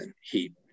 heat